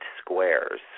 squares